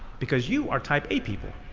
because you are type a people.